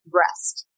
rest